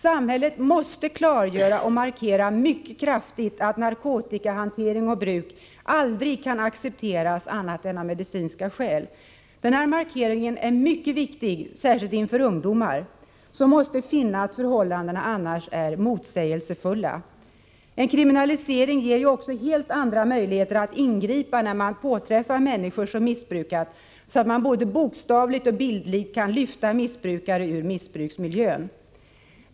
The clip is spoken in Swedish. Samhället måste klargöra och markera mycket kraftigt att narkotikahantering och bruk aldrig kan accepteras annat än av medicinska skäl. Denna markering är mycket viktig särskilt inför ungdomar, som måste finna att förhållandena annars är motsägelsefulla. En kriminalisering ger också helt andra möjligheter att ingripa när man påträffar människor som missbrukat, så att man både bokstavligt och bildligt kan ”lyfta” missbrukare ur missbruksmiljön.